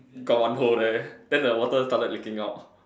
got one hole there then the water started leaking out